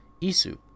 Isu